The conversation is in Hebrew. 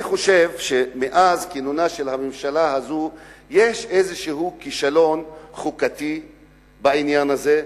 אני חושב שמאז כינונה של הממשלה הזו יש איזה כישלון חוקתי בעניין הזה,